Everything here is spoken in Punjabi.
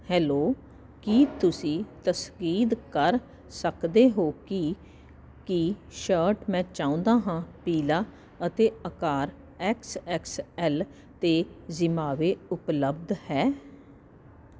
ਹੈਲੋ ਕੀ ਤੁਸੀਂ ਤਸਕੀਦ ਕਰ ਸਕਦੇ ਹੋ ਕੀ ਕੀ ਸ਼ਰਟ ਮੈਂ ਚਾਹੁੰਦਾ ਹਾਂ ਪੀਲਾ ਅਤੇ ਅਕਾਰ ਐਕਸ ਐਕਸ ਐਲ ਤੇ ਜ਼ਿਵਾਮੇ ਉਪਲੱਬਧ ਹੈ